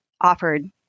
offered